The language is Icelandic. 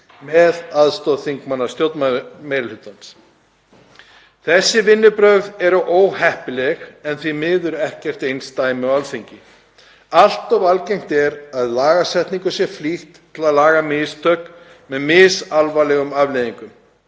með aðstoð þingmanna stjórnarmeirihlutans. Þessi vinnubrögð eru óheppileg, en því miður ekkert einsdæmi á Alþingi. Allt of algengt er að lagasetningu sé flýtt til að laga mistök með misalvarlegum afleiðingum.